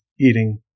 eating